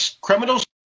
criminals